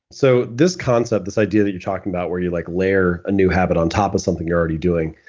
so this concept, this idea that you're talking about where you like layer a new habit on top of something you're already doing,